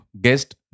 guest